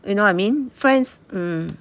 you know what I mean friends mm